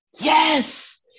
Yes